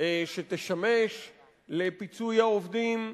שתשמש לפיצוי העובדים.